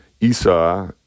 Esau